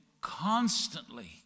constantly